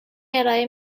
ارائه